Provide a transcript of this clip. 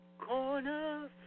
Corner